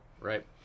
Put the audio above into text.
Right